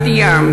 בת-ים,